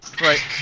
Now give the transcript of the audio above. Right